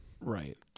Right